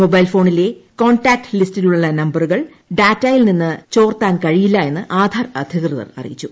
mobile ഫോണിലെ contact ലിസ്റ്റിലുള്ള നമ്പറുകൾ ഡാറ്റയിൽ നിന്ന് ചോർത്താൻ കഴിയില്ല എന്ന് ആധാർ അധികൃതർ അറിയിച്ചു